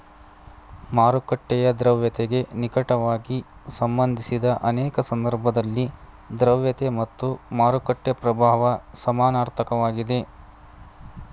ಮಾರುಕಟ್ಟೆಯ ದ್ರವ್ಯತೆಗೆ ನಿಕಟವಾಗಿ ಸಂಬಂಧಿಸಿದ ಅನೇಕ ಸಂದರ್ಭದಲ್ಲಿ ದ್ರವತೆ ಮತ್ತು ಮಾರುಕಟ್ಟೆ ಪ್ರಭಾವ ಸಮನಾರ್ಥಕ ವಾಗಿದೆ